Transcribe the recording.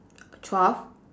twelve